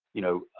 you know,